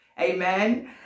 Amen